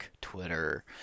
twitter